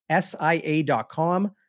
SIA.com